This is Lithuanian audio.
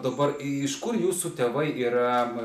dabar iš kur jūsų tėvai yra